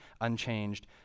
unchanged